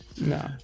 no